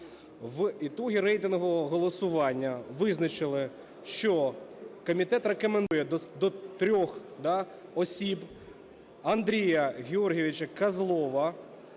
В итоге рейтингового голосування визначили, що комітет рекомендує до 3 осіб. Андрія Георгійовича Козлова.